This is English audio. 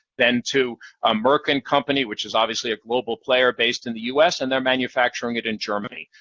then to um merck and company, which is obviously a global player based in the us, and they're manufacturing it in germany.